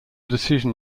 decision